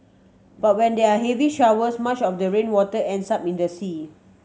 but when there are heavy showers much of the rainwater ends up in the sea